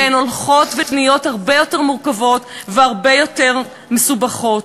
שהולכות ונהיות הרבה יותר מורכבות והרבה יותר מסובכות.